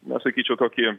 na sakyčiau tokį